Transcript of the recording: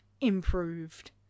improved